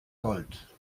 gold